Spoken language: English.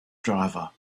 driver